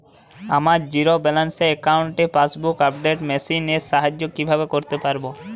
আমার zero balance অ্যাকাউন্টে passbook update machine এর সাহায্যে কীভাবে করতে পারব?